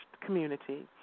community